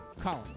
Colin